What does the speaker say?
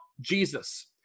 Jesus